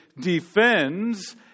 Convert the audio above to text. defends